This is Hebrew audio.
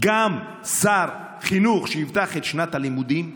גם שר חינוך שיפתח את שנת הלימודים אין,